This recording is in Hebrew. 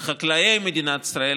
וחקלאי מדינת ישראל,